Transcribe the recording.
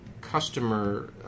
customer